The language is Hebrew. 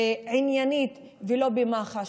עניינית, ולא במח"ש.